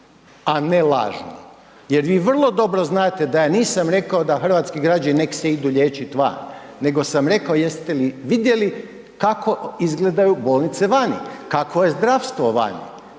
a ne lažno, jer vi vrlo dobro znate da ja nisam rekao da hrvatski građani nek se idu liječit van, nego sam rekao jeste li vidjeli kako izgledaju bolnice vani, kakvo je zdravstvo vani,